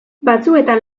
batzuetan